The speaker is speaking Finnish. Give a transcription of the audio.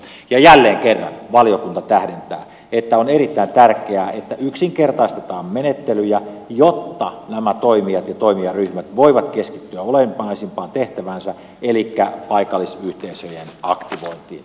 ja jälleen kerran valiokunta tähdentää että on erittäin tärkeää että yksinkertaistetaan menettelyjä jotta nämä toimijat ja toimijaryhmät voivat keskittyä olennaisimpaan tehtäväänsä elikkä paikallisyhteisöjen aktivointiin